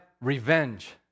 revenge